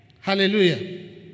Hallelujah